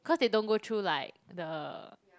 cause they don't go through like the